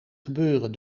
gebeuren